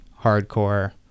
hardcore